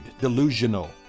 delusional